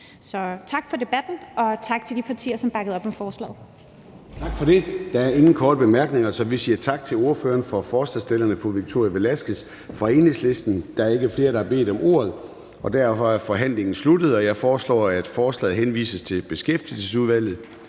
tak for debatten, og tak til de partier, som bakkede op om forslaget.